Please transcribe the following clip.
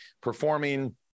performing